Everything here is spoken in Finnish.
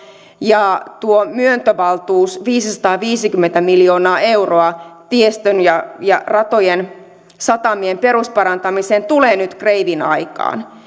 ja tuo myöntövaltuus viisisataaviisikymmentä miljoonaa euroa tiestön ja ja ratojen satamien perusparantamiseen tulee nyt kreivin aikaan